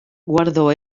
guardó